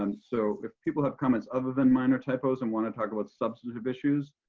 um so if people have comments above and minor typos and want to talk about substantive issues.